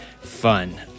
fun